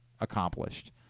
accomplished